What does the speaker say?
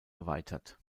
erweitert